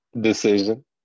Decision